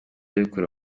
bikura